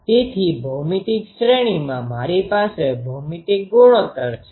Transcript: તેથી ભૌમિતિક શ્રેણીમાં મારી પાસે ભૌમિતિક ગુણોત્તર છે